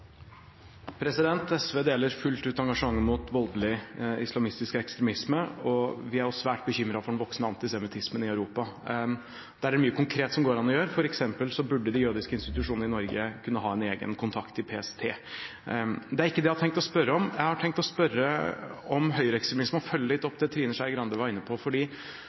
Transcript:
minutt. SV deler fullt ut engasjementet mot voldelig islamistisk ekstremisme, og vi er også svært bekymret for den voksende antisemittismen i Europa. Der er det mye konkret som går an å gjøre, f.eks. burde de jødiske institusjonene i Norge kunne ha en egen kontakt i PST. Det er ikke det jeg har tenkt å spørre om. Jeg har tenkt å spørre om høyreekstremisme og følge litt opp det Trine Skei Grande var inne på,